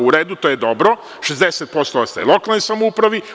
U redu, to je dobro, 60% ostaje lokalnoj samoupravi.